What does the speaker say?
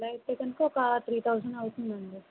అలా అయితే కనుక ఒక త్రీ థౌజండ్ అవుతుందండి